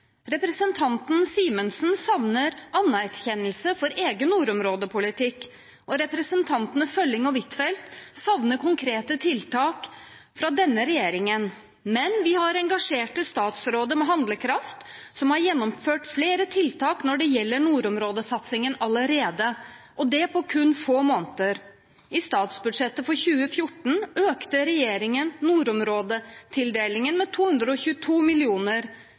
Representanten Simensen savner anerkjennelse for egen nordområdepolitikk, og representantene Følling og Huitfeldt savner konkrete tiltak fra denne regjeringen, men vi har engasjerte statsråder med handlekraft som allerede har gjennomført flere tiltak når det gjelder nordområdesatsingen, og det på kun få måneder. I statsbudsjettet for 2014 økte regjeringen nordområdetildelingen med 222